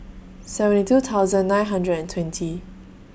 seventy two thousand nine hundred and twenty